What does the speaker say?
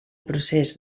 procés